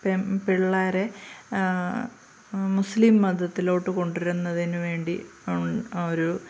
പെൺ പിള്ളേരെ മുസ്ലിം മതത്തിലോട്ട് കൊണ്ടുവരുന്നതിനുവേണ്ടി ഉള്ള ഒരു